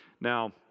Now